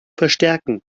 verstärken